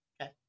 Okay